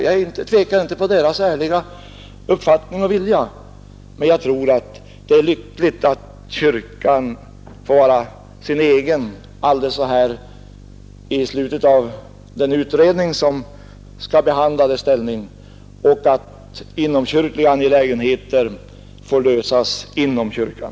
Jag tvivlar inte på deras ärliga uppfattning och vilja, men jag tror att det är lyckligt om kyrkan nu under slutarbetet i den beredning som skall behandla kyrkans ställning får vara sig själv och att inomkyrkliga angelägenheter får lösas inom kyrkan.